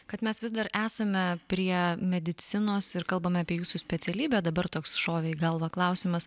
kad mes vis dar esame prie medicinos ir kalbame apie jūsų specialybę dabar toks šovė į galvą klausimas